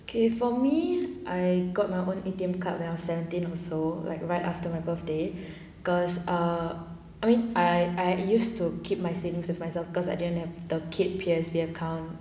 okay for me I got my own A_T_M card when I was seventeen also like right after my birthday cause ah I mean I I used to keep my savings with myself because I didn't have the kid P_O_S_B account